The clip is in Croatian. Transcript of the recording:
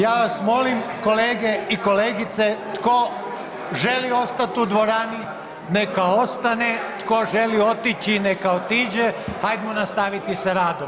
Ja vas molim kolege i kolegice tko želi ostati u dvorani neka ostane, tko želi otići neka otiđe, hajmo nastaviti s radom.